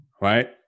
right